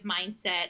mindset